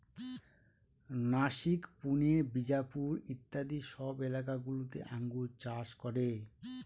নাসিক, পুনে, বিজাপুর ইত্যাদি সব এলাকা গুলোতে আঙ্গুর চাষ করে